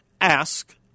ask